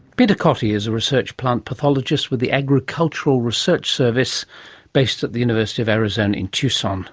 peter cottee is a research plant pathologist with the agricultural research service based at the university of arizona in tucson